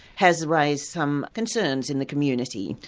has raised some concerns in the community.